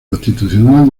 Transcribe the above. constitucional